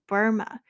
Burma